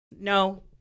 No